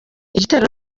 igitero